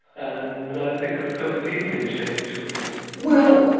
and i think it's going to deeply change things. well,